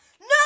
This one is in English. no